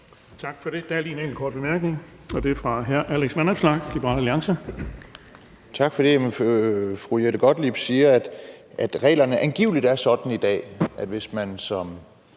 Tak for det. Der er lige en enkelt kort bemærkning, og den er fra hr. Alex Vanopslagh, Liberal Alliance. Kl. 14:02 Alex Vanopslagh (LA): Tak for det. Fru Jette Gottlieb siger, at reglerne angiveligt er sådan i dag, at hvis man som